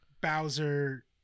Bowser